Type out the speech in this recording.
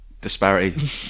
Disparity